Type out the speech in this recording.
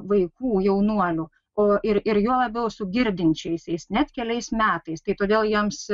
vaikų jaunuolių o ir ir juo labiau su girdinčiaisiais net keliais metais tai todėl jiems